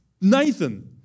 Nathan